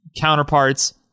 counterparts